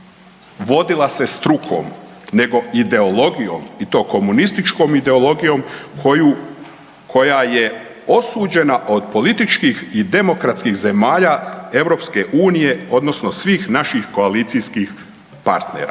vodila se strukom nego ideologijom i to komunističkom ideologijom koja je osuđena od političkih i demokratskih zemalja EU odnosno svih naših koalicijskih partnera.